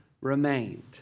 remained